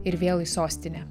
ir vėl į sostinę